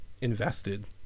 invested